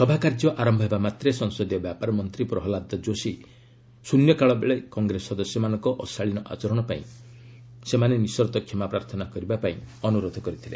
ସଭାକାର୍ଯ୍ୟ ଆରମ୍ଭ ହେବା ମାତ୍ରେ ସଂସଦୀୟ ବ୍ୟାପାର ମନ୍ତ୍ରୀ ପ୍ରହଲ୍ଲାଦ ଯୋଶୀ ଶ୍ରନ୍ୟକାଳ ବେଳେ କଂଗ୍ରେସ ସଦସ୍ୟମାନଙ୍କ ଅଶାଳୀନ ଆଚରଣ ପାଇଁ ସେମାନେ ନିଃସର୍ତ୍ତ କ୍ଷମାପ୍ରାର୍ଥନା କରିବା ପାଇଁ ଅନୁରୋଧ କରିଥିଲେ